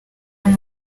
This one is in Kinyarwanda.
yari